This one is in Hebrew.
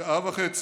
שעה וחצי,